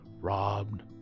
robbed